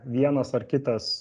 vienas ar kitas